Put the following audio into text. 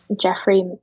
jeffrey